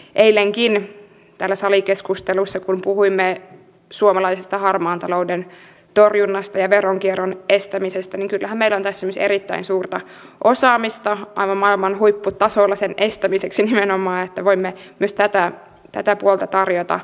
eilenkin täällä salikeskustelussa kun puhuimme suomalaisesta harmaan talouden torjunnasta ja veronkierron estämisestä niin kyllähän meillä on esimerkiksi nimenomaan näiden edistämisessä erittäin suurta osaamista aivan maailman huipputasolla niin että voimme myös tätä puolta tarjota kehitysyhteistyön osana